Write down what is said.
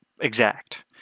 exact